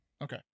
Okay